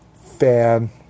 fan